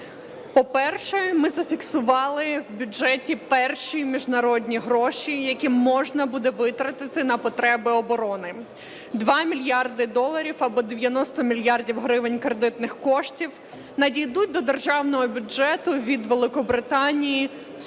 По-перше, ми зафіксували в бюджеті перші міжнародні гроші, які можна буде витратити на потреби оборони. 2 мільярди доларів або 90 мільярдів гривень кредитних коштів надійдуть до державного бюджету від Великобританії суто